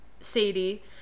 Sadie